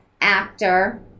actor